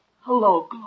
hello